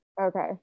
Okay